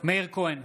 מאיר כהן,